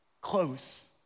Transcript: close